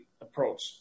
approach